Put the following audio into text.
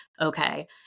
Okay